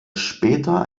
später